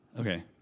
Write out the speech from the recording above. Okay